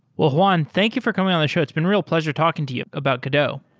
well, juan, thank you for coming on the show. it's been real pleasure talking to you about godot.